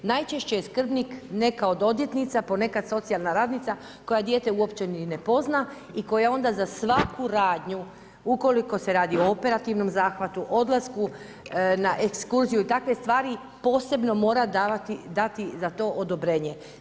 Najčešće je skrbnik neka od odvjetnica, ponekad socijalna radnica koja dijete uopće ni ne pozna i koja onda za svaku radnju ukoliko se radi o operativnom zahvatu, odlasku na ekskurziju i takve stvari posebno mora dati za to odobrenje.